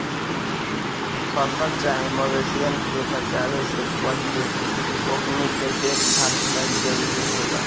फसल चाहे मवेशियन के बेचाये से पहिले ओकनी के देखभाल कईल जरूरी होला